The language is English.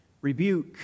rebuke